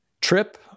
trip